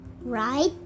Right